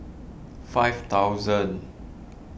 five thousand